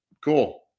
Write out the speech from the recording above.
cool